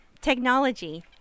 technology